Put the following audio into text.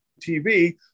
TV